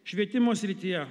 švietimo srityje